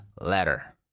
letter